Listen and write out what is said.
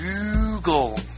Google